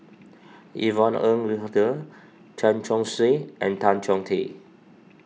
Yvonne Ng Uhde Chen Chong Swee and Tan Chong Tee